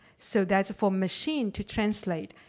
so that's for machine to translate.